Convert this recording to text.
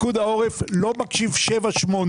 פיקוד העורף לא מחשיב שבעה-שמונה.